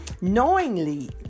Knowingly